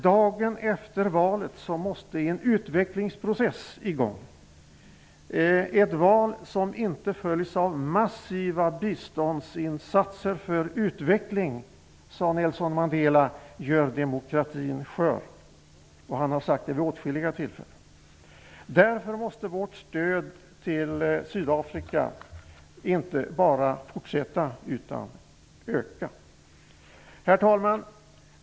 Dagen efter valet i Sydafrika måste en utvecklingsprocess komma i gång. Ett val som inte följs av massiva biståndsinsatser för utveckling gör demokratin skör, sade Nelson Mandela, och han har sagt det vid åtskilliga tillfällen. Därför måste vårt stöd till Sydafrika inte bara fortsätta, utan öka. Herr talman!